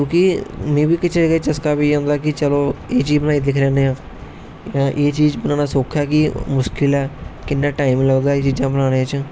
क्योकि मि बी किश चसका पेई जंदा कि चलो एह् चीज बनाई दिक्खी सकने हा एह् चीज बनाना सौखा ऐ कि मुशकिल ऐ किन्ना टाइम लगदा एह् चीजां बनाने च